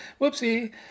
Whoopsie